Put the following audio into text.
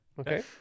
Okay